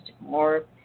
more